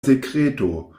sekreto